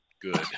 good